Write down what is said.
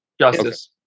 justice